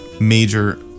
major